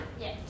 Yes